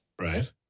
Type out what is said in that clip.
right